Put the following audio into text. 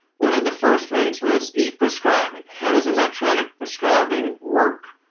one of the first ones was e-prescribing, how does electronic prescribing work,